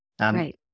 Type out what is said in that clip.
Right